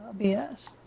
BS